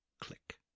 click